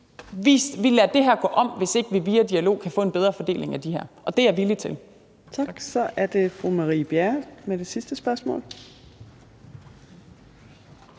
Vi lader det her gå om, hvis ikke vi via dialog kan få en bedre fordeling af dem. Og det er jeg villig til. Kl. 15:36 Fjerde næstformand (Trine Torp): Tak. Så er det fru Marie Bjerre med det sidste spørgsmål.